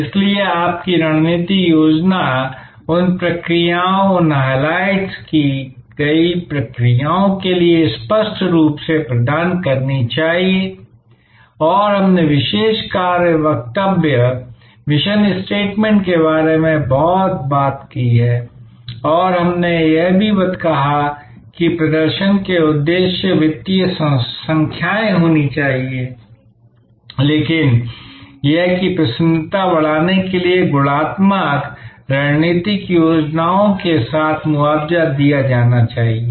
इसलिए आपकी रणनीति योजना उन प्रक्रियाओं इन हाइलाइट की गई प्रक्रियाओं के लिए स्पष्ट रूप से प्रदान करनी चाहिए और हमने विशेष कार्य वक्तव्य मिशन स्टेटमेंट के बारे में बात की और हमने यह भी कहा कि प्रदर्शन के उद्देश्य वित्तीय संख्याएं होनी चाहिए लेकिन यह कि प्रसन्नता बढ़ाने के लिए गुणात्मक रणनीतिक योजनाओं के साथ मुआवजा दिया जाना चाहिए